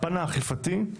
בפן האכפתי,